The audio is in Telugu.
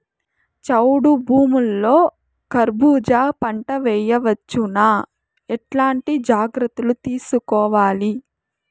చౌడు భూముల్లో కర్బూజ పంట వేయవచ్చు నా? ఎట్లాంటి జాగ్రత్తలు తీసుకోవాలి?